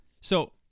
So-